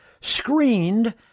screened